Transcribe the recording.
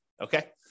Okay